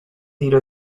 tiro